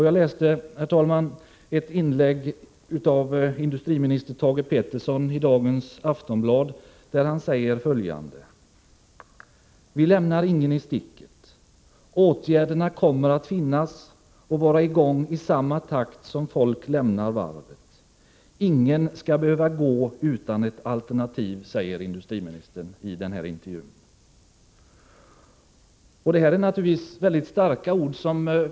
Jag läste ett inlägg av industriminister Thage Peterson i dagens nummer av Aftonbladet. Han säger där: ”Vi lämnar ingen i sticket. Åtgärderna kommer att finnas och vara i gång i samma takt som folk lämnar varvet. Ingen skall behöva gå utan ett alternativ -—-.” Detta är naturligtvis väldigt starka ord.